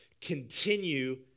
continue